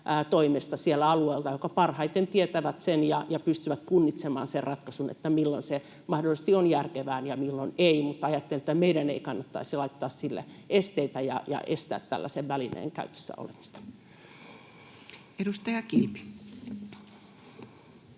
ihmisten toimesta, jotka parhaiten tietävät sen ja pystyvät punnitsemaan sen ratkaisun, milloin se mahdollisesti on järkevää ja milloin ei. Mutta ajattelen, että meidän ei kannattaisi laittaa sille esteitä ja estää tällaisen välineen käytössä olemista. Edustaja Kilpi.